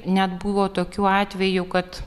net buvo tokių atvejų kad